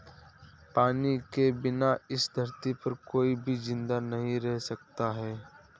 पानी के बिना इस धरती पर कोई भी जिंदा नहीं रह सकता है